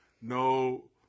no